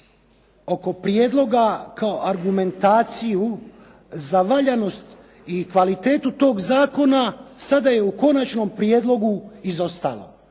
oko prijedloga kao argumentaciju za valjanost i kvalitetu tog zakona sada je u konačnom prijedlogu izostalo.